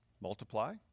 multiply